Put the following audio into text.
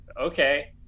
Okay